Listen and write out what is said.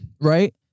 Right